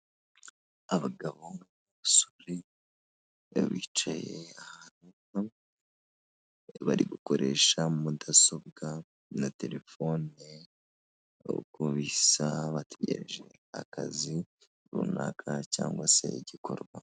Abagabo, abasore bicaye ahantu, bamwe bari gukoresha mudasobwa na terefone uko bisa bategereje akazi runaka cyangwa se igikorwa.